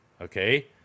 Okay